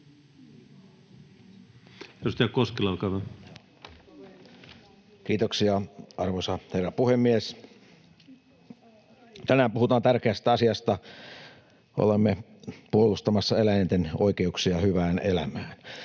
Kiitoksia, arvoisa herra puhemies! Tänään puhutaan tärkeästä asiasta. Olemme puolustamassa eläinten oikeuksia hyvään elämään.